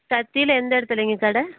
தத்தியில் எந்த இடத்துலிங்க கடை